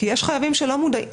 כי יש חייבים שלא מודעים